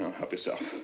help yourself.